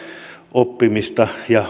oppimista ja